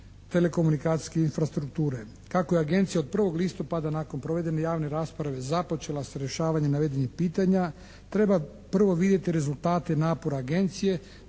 telekomunikacijske infrastrukture.